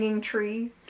tree